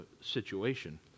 situation